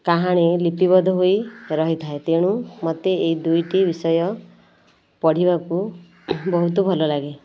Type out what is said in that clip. କାହାଣୀ ଲିପିବନ୍ଧ ହୋଇ ରହିଥାଏ ତେଣୁ ମୋତେ ଏଇ ଦୁଇଟି ବିଷୟ ପଢ଼ିବାକୁ ବହୁତ ଭଲ ଲାଗେ